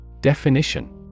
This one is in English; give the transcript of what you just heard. Definition